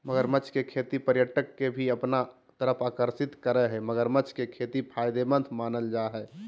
मगरमच्छ के खेती पर्यटक के भी अपना तरफ आकर्षित करअ हई मगरमच्छ के खेती फायदेमंद मानल जा हय